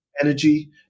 energy